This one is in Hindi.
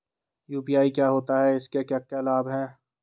यु.पी.आई क्या होता है इसके क्या क्या लाभ हैं?